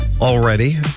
already